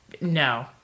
No